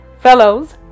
Fellows